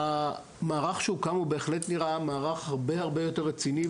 המערך שהוקם בהחלט נראה מערך הרבה הרבה יותר רציני,